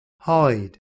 Hide